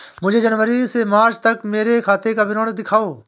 मुझे जनवरी से मार्च तक मेरे खाते का विवरण दिखाओ?